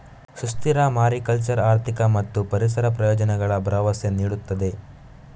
ಸುಸ್ಥಿರ ಮಾರಿಕಲ್ಚರ್ ಆರ್ಥಿಕ ಮತ್ತು ಪರಿಸರ ಪ್ರಯೋಜನಗಳ ಭರವಸೆ ನೀಡುತ್ತದೆ